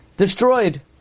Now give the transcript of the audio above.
Destroyed